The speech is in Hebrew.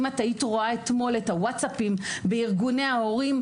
אם היית רואה אתמול את הוואטצאפים בארגוני ההורים,